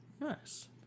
Nice